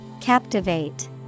Captivate